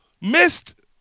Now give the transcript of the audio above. missed